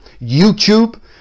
youtube